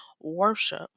worship